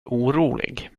orolig